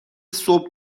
صبح